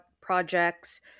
projects